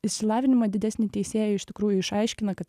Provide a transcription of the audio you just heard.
išsilavinimą didesnį teisėjo iš tikrųjų išaiškina kad